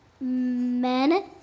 men